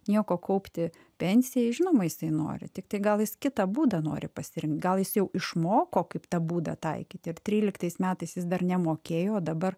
nieko kaupti pensijai žinoma jisai nori tiktai gal jis kitą būdą nori pasirinkt gal jis jau išmoko kaip tą būdą taikyti ir tryliktais metais jis dar nemokėjo o dabar